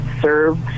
serve